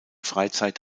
freizeit